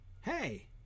Hey